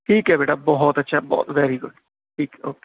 ਠੀਕ ਹੈ ਬੇਟਾ ਬਹੁਤ ਅੱਛਾ ਬਹੁਤ ਵੈਰੀ ਗੁਡ ਠੀਕ ਹੈ ਓਕੇ